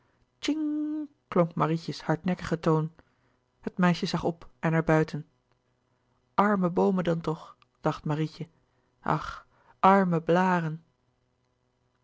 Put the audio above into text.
klonk marietjes hardnekkige toon het meisje zag op en naar buiten arme boomen dan toch dacht marietje ach arme blâren